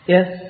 Yes